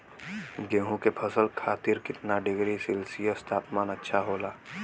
गेहूँ के फसल खातीर कितना डिग्री सेल्सीयस तापमान अच्छा होला?